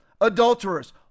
adulterers